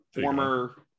Former